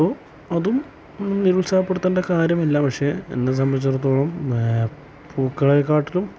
അപ്പോൾ അതും നിരുത്സാഹപ്പെടുത്തേണ്ട കാര്യമില്ല പക്ഷേ എന്നെ സംബന്ധിച്ചെടുത്തോളം പൂക്കളെക്കാളും